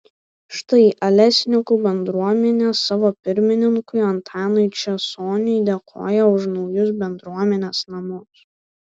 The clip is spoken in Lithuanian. štai alesninkų bendruomenė savo pirmininkui antanui česoniui dėkoja už naujus bendruomenės namus